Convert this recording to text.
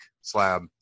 slab